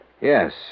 Yes